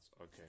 Okay